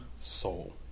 soul